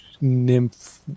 nymph